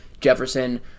Jefferson